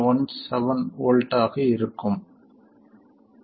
17 volt ஆக இருக்கும்